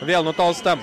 vėl nutolsta